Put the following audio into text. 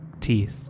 teeth